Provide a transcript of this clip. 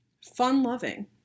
fun-loving